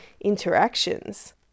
interactions